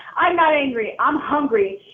i'm not angry, i'm hungry.